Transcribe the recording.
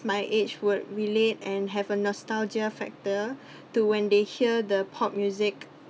my age would relate and have a nostalgia factor to when they hear the pop music